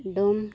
ᱰᱳᱢ